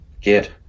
Get